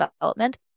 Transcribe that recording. development